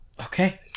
Okay